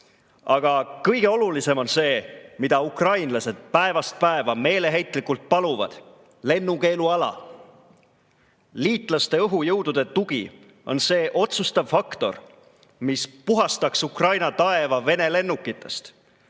Aga kõige olulisem on see, mida ukrainlased päevast päeva meeleheitlikult paluvad: lennukeeluala. Liitlaste õhujõudude tugi on see otsustav faktor, mis puhastaks Ukraina taeva Vene lennukitest,